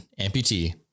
amputee